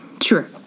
Sure